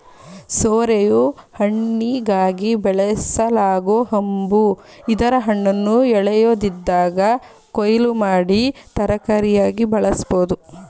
ಸೋರೆಯು ಹಣ್ಣಿಗಾಗಿ ಬೆಳೆಸಲಾಗೊ ಹಂಬು ಇದರ ಹಣ್ಣನ್ನು ಎಳೆಯದಿದ್ದಾಗ ಕೊಯ್ಲು ಮಾಡಿ ತರಕಾರಿಯಾಗಿ ಬಳಸ್ಬೋದು